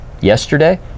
yesterday